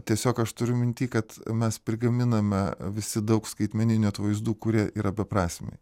tiesiog aš turiu minty kad mes prigaminame visi daug skaitmeninių atvaizdų kurie yra beprasmiai